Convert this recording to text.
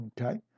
Okay